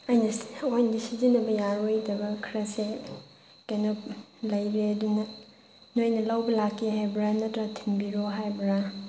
ꯑꯩꯅ ꯑꯣꯏꯅ ꯁꯤꯖꯤꯟꯅꯕ ꯌꯥꯔꯣꯏꯗꯕ ꯈꯔꯁꯦ ꯀꯩꯅꯣ ꯂꯩꯔꯦ ꯑꯗꯨꯅ ꯅꯣꯏꯅ ꯂꯧꯕ ꯂꯥꯛꯀꯦ ꯍꯥꯏꯕ꯭ꯔꯥ ꯅꯠꯇ꯭ꯔ ꯊꯤꯟꯕꯤꯔꯛꯑꯣ ꯍꯥꯏꯕ꯭ꯔꯥ